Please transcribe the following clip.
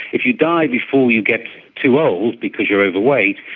if you die before you get too old because you're overweight,